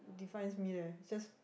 defines me leh just